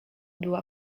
była